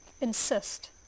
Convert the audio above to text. insist